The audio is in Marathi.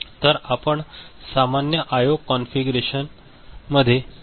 तर आपण सामान्य आय ओ कॉन्फिगरेशनमध्ये हेच वापरू शकतो